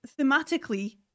thematically